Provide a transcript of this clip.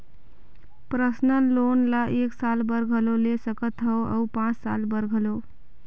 personal loan ल एक साल बर घलो ले सकत हस अउ पाँच साल बर घलो